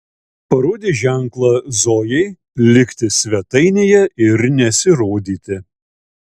parodė ženklą zojai likti svetainėje ir nesirodyti